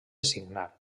signar